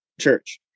church